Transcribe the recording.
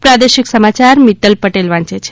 પ્રાદેશિક સમાચાર મિત્તલ પટેલ વાંચે છે